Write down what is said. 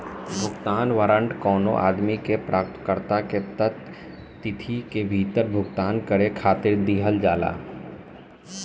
भुगतान वारंट कवनो आदमी के प्राप्तकर्ता के तय तिथि के भीतर भुगतान करे खातिर दिहल जाला